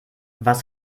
was